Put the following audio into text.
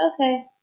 okay